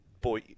boy